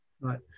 Right